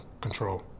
control